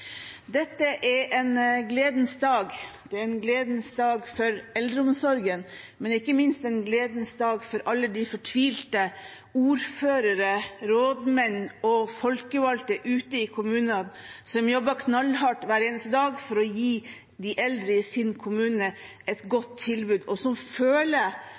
Dette er en gledens dag – en gledens dag for eldreomsorgen, men ikke minst en gledens dag for alle de fortvilte ordførere, rådmenn og folkevalgte ute i kommunene som jobber knallhardt hver eneste dag for å gi de eldre i sin kommune et godt tilbud, og som